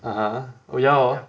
(uh huh) oh ya hor